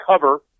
cover